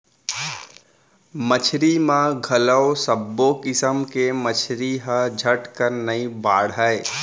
मछरी म घलौ सब्बो किसम के मछरी ह झटकन नइ बाढ़य